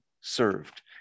served